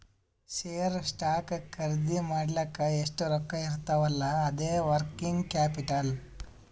share, stock ಖರ್ದಿ ಮಾಡ್ಲಕ್ ಎಷ್ಟ ರೊಕ್ಕಾ ಇರ್ತಾವ್ ಅಲ್ಲಾ ಅದೇ ವರ್ಕಿಂಗ್ ಕ್ಯಾಪಿಟಲ್